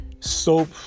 Soap